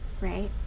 right